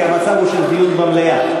כי המצב הוא של דיון במליאה.